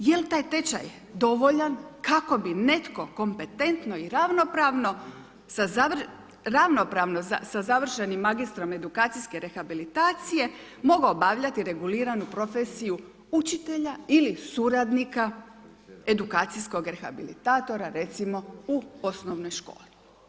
I jel' taj tečaj dovoljan kako bi netko kompetentno i ravnopravno sa završenim magistrom edukacijske rehabilitacije mogao obavljati reguliranu profesiju učitelja ili suradnika edukacijskog rehabilitatora recimo u osnovnoj školi?